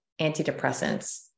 antidepressants